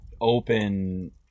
open